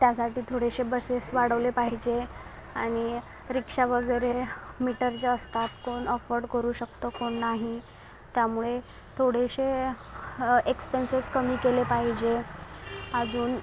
त्यासाठी थोडेसे बसेस वाढवले पाहिजे आणि रिक्षा वगैरे मीटर जे असतात कोण अफोर्ड करू शकतं कोण नाही त्यामुळे थोडेशे एक्सपेंसेस कमी केले पाहिजे अजून